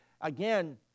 again